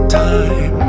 time